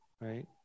right